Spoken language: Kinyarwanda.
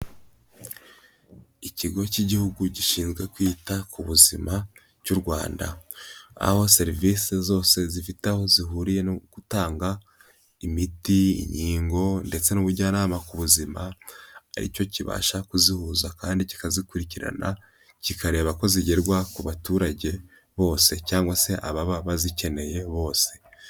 Ikigo cy'Igihugu gishinzwe kwita ku buzima cy'u Rwanda, aho serivisi zose zifite aho zihuriye no gutanga imiti, inyikingo ndetse n'ubujyanama ku buzima, ari cyo kibasha kuzihuza kandi kikazikurikirana, kikareba ko zigerwa ku baturage bose cyangwa se ababa bazikeneye bose.